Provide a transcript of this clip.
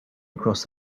across